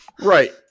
Right